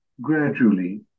gradually